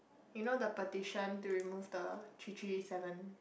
you know the petition to remove the three three seven